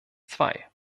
zwei